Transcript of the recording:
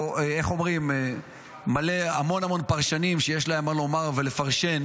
איך אומרים המון המון פרשנים שיש להם מה לומר ולפרשן?